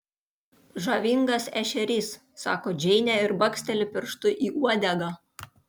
žavingas ešerys sako džeinė ir baksteli pirštu į uodegą